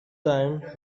time